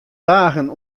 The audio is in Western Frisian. dagen